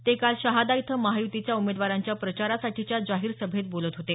ते काल शहादा इथं महायुतीच्या उमेदवारांच्या प्रचारासाठीच्या जाहीर सभेत बोलत होते